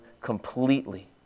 completely